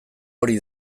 hori